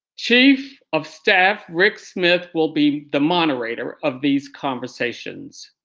chief of staff, rick smith will be the moderator of these conversations.